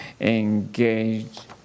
engaged